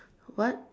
what